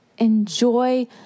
Enjoy